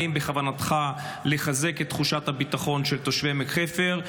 האם בכוונתך לחזק את תחושת הביטחון של תושבי עמק חפר?